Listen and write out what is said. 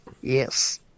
Yes